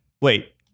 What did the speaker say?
Wait